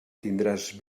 tindràs